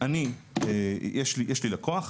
אני יש לי לקוח,